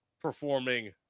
performing